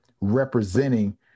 representing